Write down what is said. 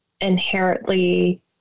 inherently